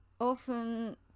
often